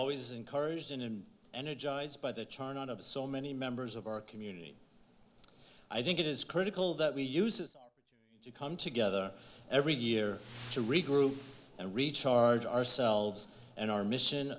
always encouraged in and energized by the chardon of so many members of our community i think it is critical that we used to come together every year to regroup and recharge ourselves and our mission